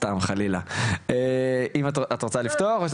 רוצה לפתוח?